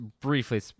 briefly